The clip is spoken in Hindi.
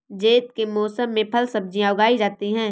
ज़ैद के मौसम में फल सब्ज़ियाँ उगाई जाती हैं